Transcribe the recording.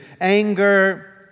anger